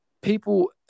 people